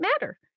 matter